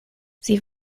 sie